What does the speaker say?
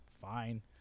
fine